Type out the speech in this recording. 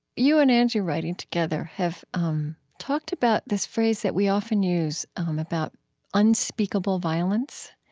you and angie writing together have um talked about this phrase that we often use um about unspeakable violence.